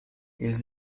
eles